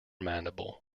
mandible